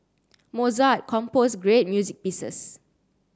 Mozart composed great music pieces